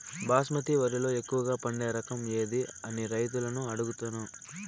బాస్మతి వరిలో ఎక్కువగా పండే రకం ఏది అని రైతులను అడుగుతాను?